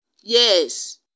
Yes